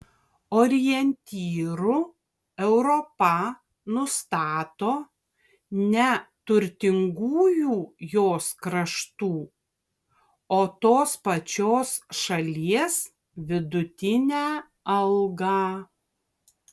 orientyru europa nustato ne turtingųjų jos kraštų o tos pačios šalies vidutinę algą